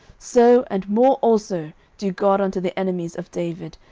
so and more also do god unto the enemies of david,